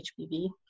HPV